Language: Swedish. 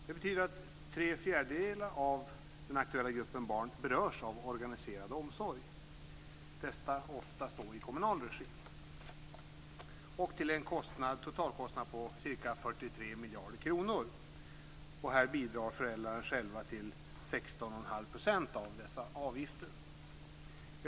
Det betyder att tre fjärdedelar av den aktuella gruppen barn berörs av organiserad omsorg, detta oftast i kommunal regi och till en totalkostnad på ca 43 miljarder kronor. Föräldrarna själva bidrar med i genomsnitt 16 1⁄2 % av dessa avgifter.